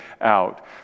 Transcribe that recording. out